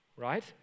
right